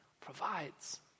provides